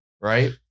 Right